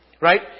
right